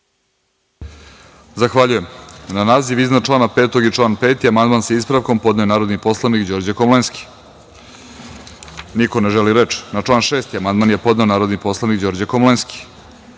Zahvaljujem. Na naziv iznad člana 5. i član 5. amandman sa ispravkom podneo je narodni poslanik Đorđe Komlenski. Niko ne želi reč. Na član 6. amandman je podneo narodni poslanik Đorđe Komlenski. Niko